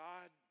God